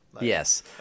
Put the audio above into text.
Yes